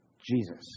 jesus